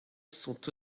sont